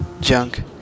junk